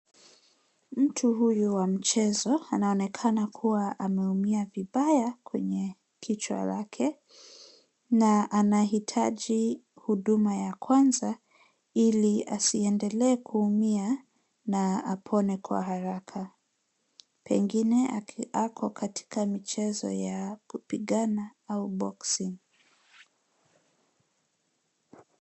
Mtu huyu wa mchezo anaonekana kuwa ameumia vibaya kwenye kichwa lake na anahitaji huduma ya kwanza ili asiendelee kuumia na apone kwa haraka. Pengine ako katika michezo ya kupigana au boxing .